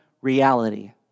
reality